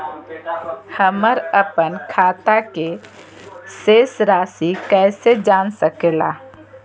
हमर अपन खाता के शेष रासि कैसे जान सके ला?